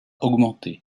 augmenté